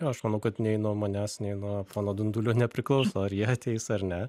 aš manau kad nei nuo manęs nei nuo pono dundulio nepriklauso ar jie ateis ar ne